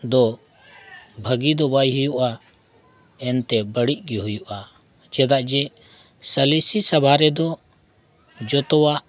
ᱫᱚ ᱵᱷᱟᱹᱜᱤ ᱫᱚ ᱵᱟᱭ ᱦᱩᱭᱩᱜᱼᱟ ᱮᱱᱛᱮ ᱵᱟᱹᱲᱤᱡ ᱜᱮ ᱦᱩᱭᱩᱜᱼᱟ ᱪᱮᱫᱟᱜ ᱡᱮ ᱥᱟᱞᱤᱥᱤ ᱥᱟᱵᱷᱟ ᱨᱮᱫᱚ ᱡᱷᱚᱛᱚᱣᱟᱜ